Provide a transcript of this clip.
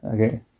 Okay